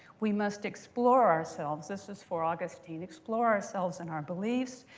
we must explore ourselves this was for augustine explore ourselves and our beliefs.